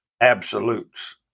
absolutes